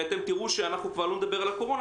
ואתם תראו שכבר לא נדבר על הקורונה.